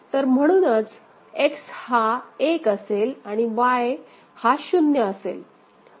तर म्हणूनच X हा एक असेल आणि Y हा शून्य असेल